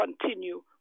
continue